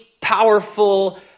powerful